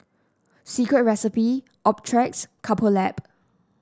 Secret Recipe Optrex Couple Lab